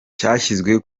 cyashyizwe